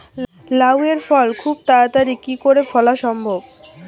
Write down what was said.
লাউ এর ফল খুব তাড়াতাড়ি কি করে ফলা সম্ভব?